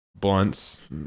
Blunts